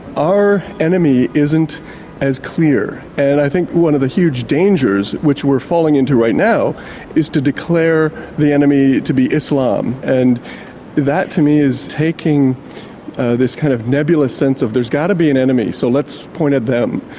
our enemy isn't as clear, and i think one of the huge dangers which we're falling into right now is to declare the enemy to be islam, and that to me is taking this kind of nebulous sense of there's got to be an enemy, so let's point at them.